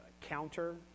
counter